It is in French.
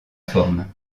forme